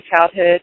childhood